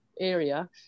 area